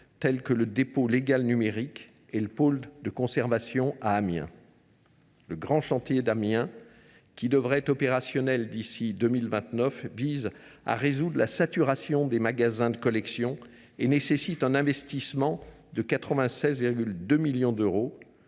tels que le dépôt légal numérique et le pôle de conservation à Amiens. Le grand chantier d’Amiens, qui devrait être opérationnel d’ici à 2029, vise à résoudre la saturation des magasins de collections et nécessite un investissement de 96,2 millions d’euros.